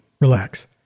Relax